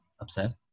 upset